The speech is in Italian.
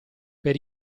per